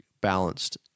balanced